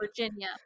Virginia